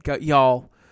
y'all